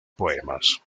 poemas